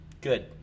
Good